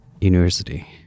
university